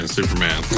Superman